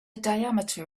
diameter